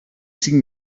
cinc